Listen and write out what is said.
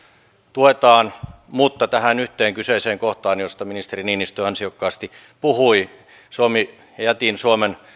tuetaan mutta tähän yhteen kyseiseen kohtaan josta ministeri niinistö ansiokkaasti puhui jätin suomen